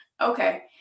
okay